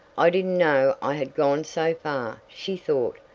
i didn't know i had gone so far, she thought,